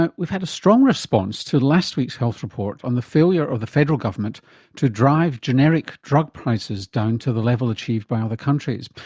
and we've had a strong response to last week's health report on the failure of the federal government to drive generic drug prices down to the level achieved by other countries.